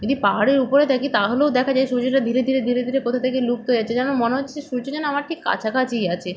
যদি পাহাড়ের উপরে থাকি তাহলেও দেখা যায় সূর্যটা ধীরে ধীরে ধীরে ধীরে কোথা থেকে লুকিয়ে যাচ্ছে যেন মনে হচ্ছে সূর্য যেন আমার ঠিক কাছাকাছিই আছে